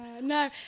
no